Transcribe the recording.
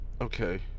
Okay